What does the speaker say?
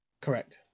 correct